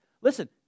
Listen